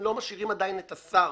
משאירים עדין את השר